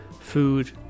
food